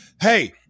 hey